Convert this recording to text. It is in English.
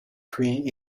queen